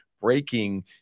breaking